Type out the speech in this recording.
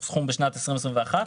שום סכום בשנת 2021,